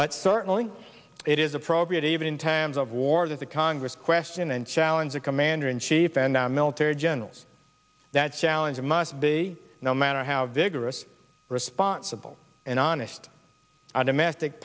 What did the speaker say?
but certainly it is appropriate even in times of war that the congress question and challenge the commander in chief and our military generals that challenge must be no matter how vigorous responsible and honest